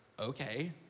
okay